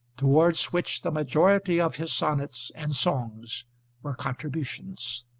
towards which the majority of his sonnets and songs were contributions.